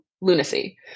lunacy